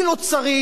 אני לא צריך,